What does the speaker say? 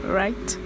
right